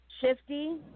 Shifty